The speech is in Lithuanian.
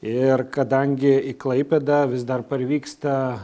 ir kadangi į klaipėdą vis dar parvyksta